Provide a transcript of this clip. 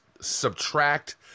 subtract